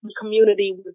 community